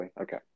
okay